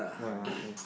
ya okay